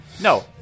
No